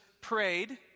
prayed